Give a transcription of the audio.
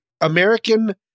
American